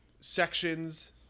sections